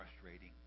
frustrating